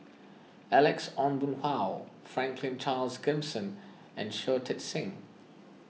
Alex Ong Boon Hau Franklin Charles Gimson and Shui Tit Sing